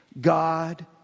God